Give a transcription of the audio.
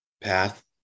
path